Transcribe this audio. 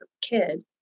kid